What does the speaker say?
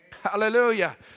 Hallelujah